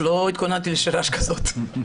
היושב-ראש, לא התכוננתי לשאלה כזו.